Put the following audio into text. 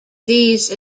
these